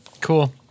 Cool